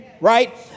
right